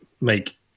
make